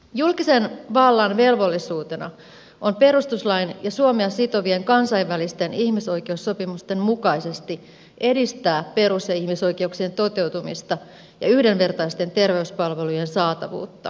julkisen vallan velvollisuutena on perustuslain ja suomea sitovien kansainvälisten ihmisoikeussopimusten mukaisesti edistää perus ja ihmisoikeuksien toteutumista ja yhdenvertaisten terveyspalvelujen saatavuutta